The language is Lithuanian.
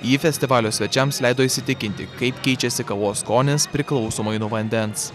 ji festivalio svečiams leido įsitikinti kaip keičiasi kavos skonis priklausomai nuo vandens